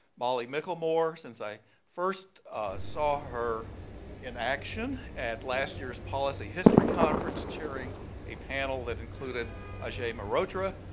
molly michelmore, since i first saw her in action at last year's policy history conference chairing a panel that included ajay mehrotra,